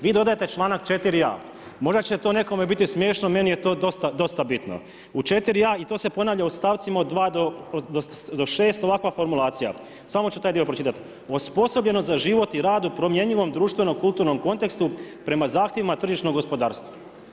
Vi dodajte članak 4.a možda će to nekome biti smiješno, meni je to dosta bitno u 4.a i to se ponavlja u stavcima od 2 do 6 ovakva formulacija, samo ću taj dio pročitati „osposobljenost za život i rad u promjenjivom društveno-kulturnom kontekstu prema zahtjevima tržišnog gospodarstva“